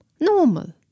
normal